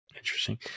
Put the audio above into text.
Interesting